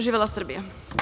Živela Srbija.